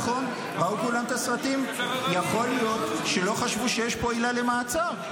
יכול להיות שלא חשבו שיש פה עילה למעצר.